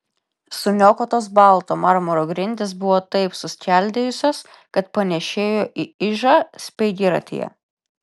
suniokotos balto marmuro grindys buvo taip suskeldėjusios kad panėšėjo į ižą speigiratyje